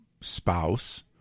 spouse